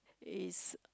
is